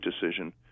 decision